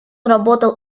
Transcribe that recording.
работал